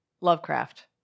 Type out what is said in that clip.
Lovecraft